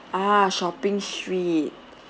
ah shopping street